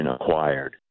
acquired